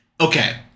Okay